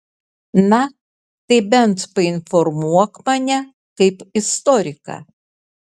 na tai bent painformuok mane kaip istoriką